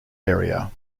area